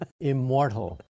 immortal